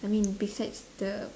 I mean besides the